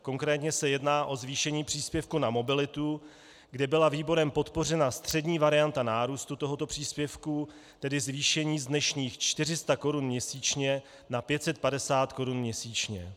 Konkrétně se jedná o zvýšení příspěvku na mobilitu, kde byla výborem podpořena střední varianta nárůstu tohoto příspěvku, tedy zvýšení z dnešních 400 korun měsíčně na 550 korun měsíčně.